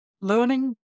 learning